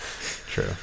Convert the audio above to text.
True